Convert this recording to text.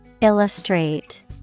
Illustrate